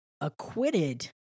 acquitted